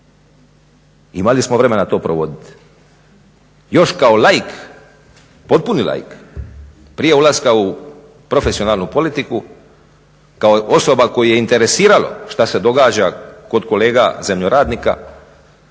Imali smo vremena to provoditi. Još kao laik, potpuni laik prije ulaska u profesionalnu politiku kao osoba koju je interesiralo šta se događa kod kolega zemljoradnika